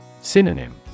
Synonym